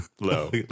low